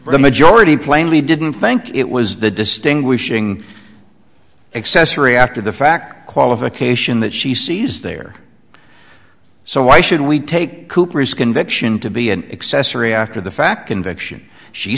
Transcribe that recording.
the majority plainly didn't thank you it was the distinguishing accessory after the fact qualification that she sees there so why should we take cooper's conviction to be an accessory after the fact conviction she